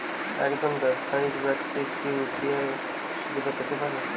একজন ব্যাবসায়িক ব্যাক্তি কি ইউ.পি.আই সুবিধা পেতে পারে?